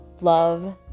love